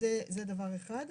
אז זה דבר אחד.